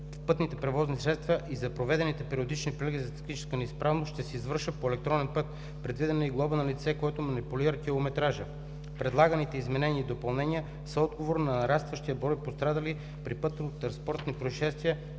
пътните превозни средства и за проведените периодични прегледи за техническа неизправност ще се извършва по електронен път. Предвидена е и глоба на лице, което манипулира километража. Предлаганите изменения и допълнения са отговор на нарастващия брой пострадали при пътно транспортно произшествие,